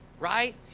right